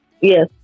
Yes